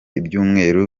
ibyumweru